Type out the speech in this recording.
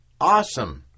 awesome